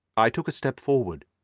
i took a step forward.